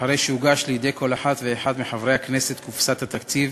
אחרי שהוגשה לידי כל אחד ואחת מחברי הכנסת קופסת התקציב.